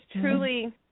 truly